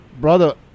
brother